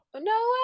No